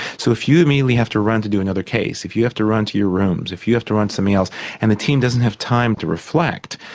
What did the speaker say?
so if you and me we have to run to do another case, if you have to run to your rooms, if you have to run so somewhere else and the team doesn't have time to reflect.